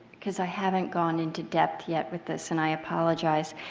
because i haven't gone into depth yet with this and i apologize.